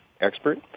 expert